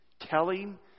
telling